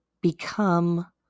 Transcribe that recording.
become